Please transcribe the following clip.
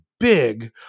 big